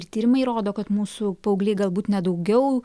ir tyrimai rodo kad mūsų paaugliai galbūt ne daugiau